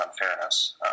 unfairness